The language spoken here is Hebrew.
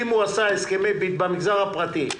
במגזר הפרטי,